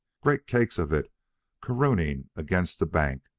great cakes of it caroming against the bank,